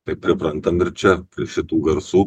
pri priprantam ir čia prie šitų garsų